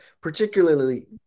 particularly